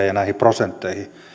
ja näihin prosentteihin